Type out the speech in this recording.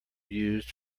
used